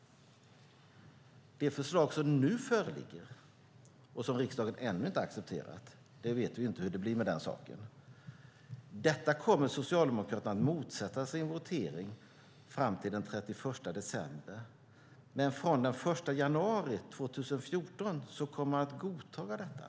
Det förslag som nu föreligger och som riksdagen ännu inte har accepterat - vi vet inte hur det blir med den saken - kommer Socialdemokraterna att motsätta sig i en votering fram till den 31 december. Men från den 1 januari 2014 kommer de att godta detta.